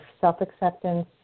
self-acceptance